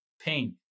pain